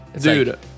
dude